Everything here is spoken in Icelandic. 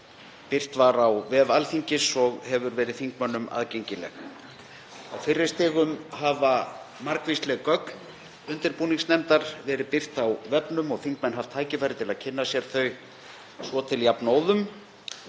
birt var á vef Alþingis og hefur verið þingmönnum aðgengileg. Á fyrri stigum hafa margvísleg gögn undirbúningsnefndar verið birt á vefnum og þingmenn haft tækifæri til að kynna sér þau svo til jafnóðum